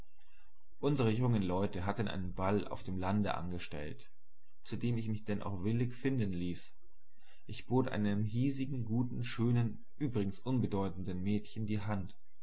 unsere jungen leute hatten einen ball auf dem lande angestellt zu dem ich mich denn auch willig finden ließ ich bot einem hiesigen guten schönen übrigens unbedeutenden mädchen die hand